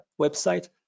website